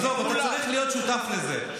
עזוב, אתה צריך להיות שותף לזה.